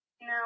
No